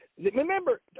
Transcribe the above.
Remember